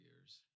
years